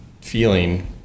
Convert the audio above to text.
feeling